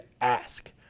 ask